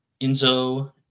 Enzo